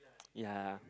yeah